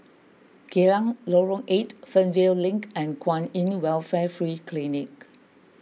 Geylang Lorong eight Fernvale Link and Kwan in Welfare Free Clinic